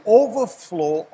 overflow